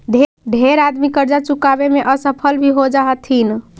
ढेर आदमी करजा चुकाबे में असफल भी हो जा हथिन